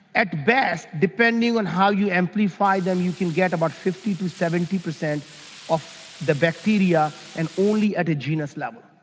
at best depending on how you amplify them, you can get about fifty percent to seventy percent of the bacteria and only at a genus level.